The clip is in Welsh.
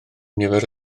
nifer